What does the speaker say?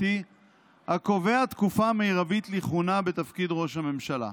הקובע תקופה מרבית לכהונה בתפקיד ראש הממשלה,